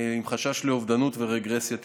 עם חשש לאובדנות ורגרסיה תפקודית.